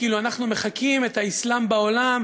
כאילו אנחנו מחקים את האסלאם בעולם,